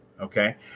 okay